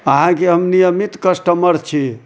अहाँके हम नियमित कस्टमर छी